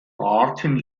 arten